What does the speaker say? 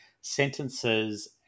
sentences